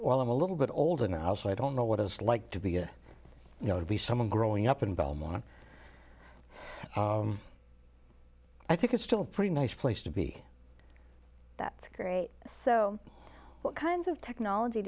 while i'm a little bit older now so i don't know what it's like to be you know to be someone growing up in belmont i think it's still pretty nice place to be that's great so what kind of technology